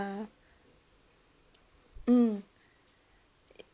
mm